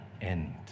end